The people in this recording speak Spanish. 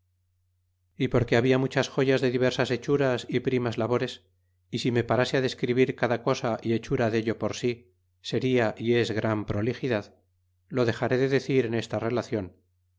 y porque habla muchas joyas de diversas hechuras y primas labores y si me parase á escribir cada cosa y hechura dello por si seria y es gran prolixidad lo dexaré de decir en esta relacion